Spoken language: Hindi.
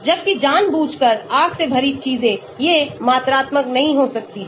जबकि जानबूझकर आग से भरी चीजें ये मात्रात्मक नहीं हो सकती हैं